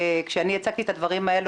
כשאני הצגתי את הדברים האלה,